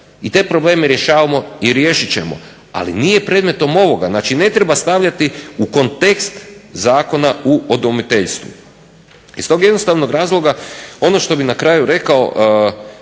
i te probleme rješavamo i riješit ćemo, ali nije predmetom ovoga, znači ne treba stavljati u kontekst Zakona o udomiteljstvu. Iz tog jednostavnog razloga ono što bih na kraju rekao,